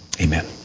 Amen